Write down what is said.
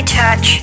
touch